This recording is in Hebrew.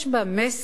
יש בה מסר.